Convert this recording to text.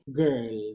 girl